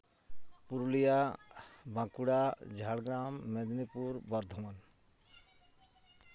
Purulia Bankura Jhargram Medinipur Bardhaman